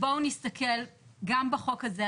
בואו נסתכל גם בחוק הזה.